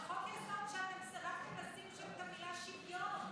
זה חוק-יסוד שאתם סירבתם לשים בו את המילה שוויון.